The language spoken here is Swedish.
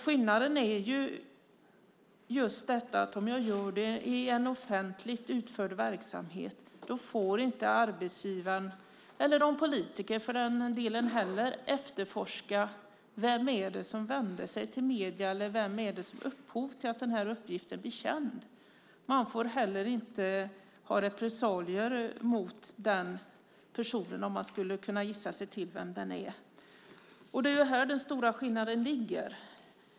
Skillnaden är just detta att om jag gör det i en offentligt utförd verksamhet så får inte arbetsgivaren, eller någon politiker för den delen heller, efterforska vem det var som vände sig till medierna eller vem som var upphov till att uppgiften blev känd. Det får inte heller förekomma repressalier mot personen om man skulle kunna gissa sig till vem den är. Det är häri den stora skillnaden ligger.